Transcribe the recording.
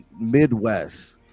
Midwest